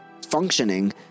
functioning